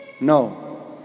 no